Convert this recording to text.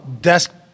Desk